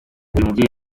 mubyeyi